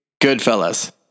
Goodfellas